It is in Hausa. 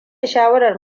shawarar